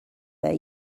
their